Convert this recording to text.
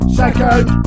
second